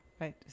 Right